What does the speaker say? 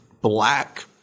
black